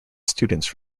students